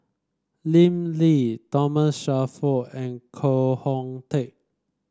Lim Lee Thomas Shelford and Koh Hoon Teck